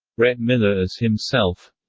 rhett miller as himself